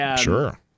Sure